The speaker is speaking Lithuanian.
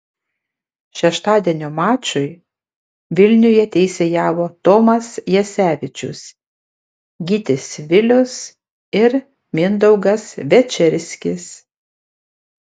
šeštadienio mačui vilniuje teisėjavo tomas jasevičius gytis vilius ir mindaugas večerskis